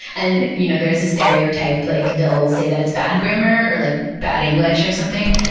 and you know, there is a stereotype. like they'll say that it's bad grammar or like bad english or something.